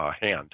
hand